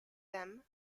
them